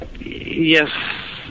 yes